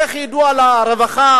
איך ידעו על הרווחה?